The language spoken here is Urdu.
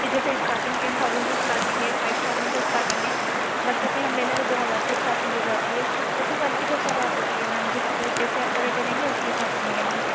یہ جیسے اسٹارٹنگ ٹین تھاؤزنڈ سے اسٹارٹنگ ہے فائو تھاؤزنڈ سے اسٹارٹنگ ہے بچوں کے ہم لے لیں تو دو ہزار سے اسٹارٹنگ ہو جاتی ہے وہ تو کوالٹی کے اوپر بات ہوتی ہے میم جس جیسی آپ کوالٹی لیں گے اس کے حساب سے ملیں گے